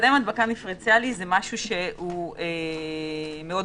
זה משהו מורכב,